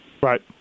Right